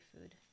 food